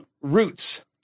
roots